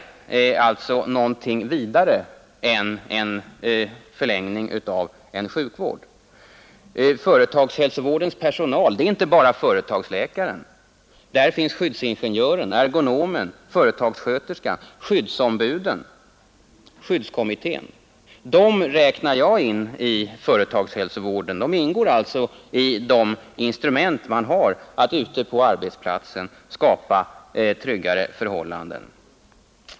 Företagshälsovårdens personal är inte bara företagsläkaren. Där finns skyddsingenjören, ergonomen, företagssköterskan, skyddsombuden, skyddskommittén. Dem räknar jag in i företagshälsovården. De ingår alltså i de instrument man har att ute på arbetsplatsen skapa tryggare förhållanden.